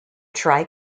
tri